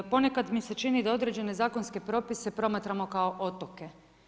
Ponekad mi se čini, da određene zakonske propise promatramo kao otoke.